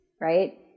right